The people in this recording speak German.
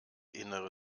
innere